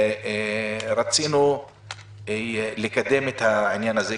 רצינו לקדם את העניין הזה,